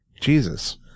Jesus